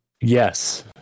yes